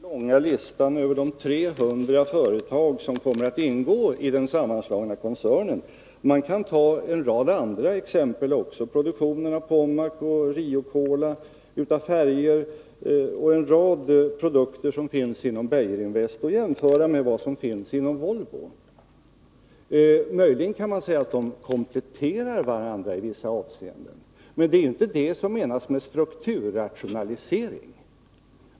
Herr talman! Jag tog bara några exempel ur den långa listan över de 300 företag som kommer att ingå i den sammanslagna koncernen. Man kan ta en rad andra exempel också — produktionen av Pommac och Riocola, färger och en rad produkter som finns inom Beijerinvest — och jämföra med det som finns inom Volvo. Möjligen kan man säga att de kompletterar varandra i vissa avseenden. Men det är inte det som menas med strukturrationalisering.